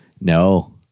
No